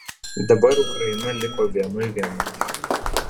dabar ukraina liko vienui viena